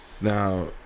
now